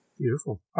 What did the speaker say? Beautiful